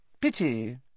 pity